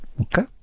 Okay